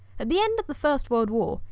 at the end of the first world war,